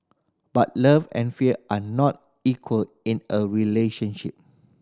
but love and fear are not equal in a relationship